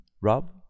Rob